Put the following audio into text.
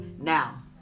Now